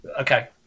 Okay